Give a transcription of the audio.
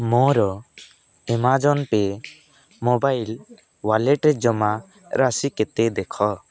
ମୋର Amazon pay mobile ୱାଲେଟ୍ରେ ଜମା ରାଶି କେତେ ଦେଖ